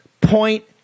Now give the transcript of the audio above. point